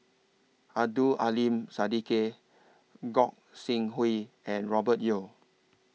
Abdul Aleem Siddique Gog Sing Hooi and Robert Yeo